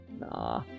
Nah